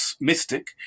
mystic